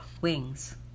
wings